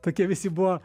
tokie visi buvo